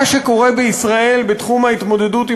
מה שקורה בישראל בתחום ההתמודדות עם